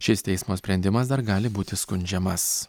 šis teismo sprendimas dar gali būti skundžiamas